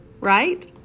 right